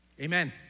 Amen